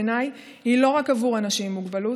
בעיניי היא לא רק עבור אנשים עם מוגבלות,